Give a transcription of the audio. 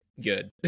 good